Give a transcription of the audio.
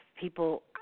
people